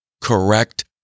correct